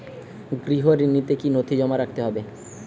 গৃহ ঋণ নিতে কি কি নথি জমা রাখতে হবে?